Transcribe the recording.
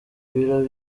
ibiro